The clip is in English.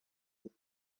with